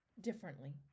differently